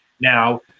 now